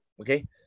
Okay